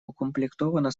укомплектована